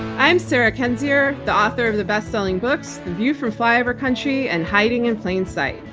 i'm sarah kendzior, the author of the bestselling books, the view from flyover country and hiding in plain sight.